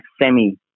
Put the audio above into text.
semi